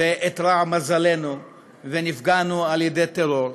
ואיתרע מזלנו ונפגענו על-ידי טרור,